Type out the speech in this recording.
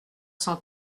cent